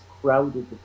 crowded